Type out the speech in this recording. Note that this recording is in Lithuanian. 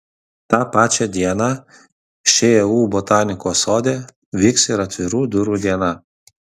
tą pačią dieną šu botanikos sode vyks ir atvirų durų diena